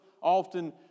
often